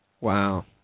Wow